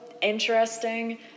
interesting